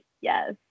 Yes